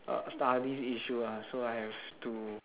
uh studies issue ah so I have to